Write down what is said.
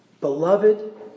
Beloved